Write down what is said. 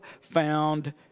found